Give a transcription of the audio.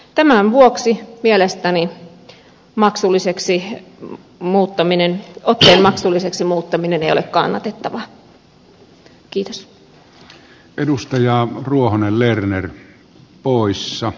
tämän vuoksi mielestäni otteen maksulliseksi muuttaminen ei ole kannatettavaa